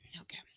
okay